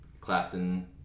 Clapton